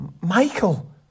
Michael